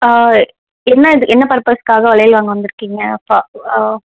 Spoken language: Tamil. ஆ என்ன இது என்ன பர்பஸ்க்காக வளையல் வாங்க வந்திருக்கீங்க பா